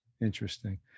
Interesting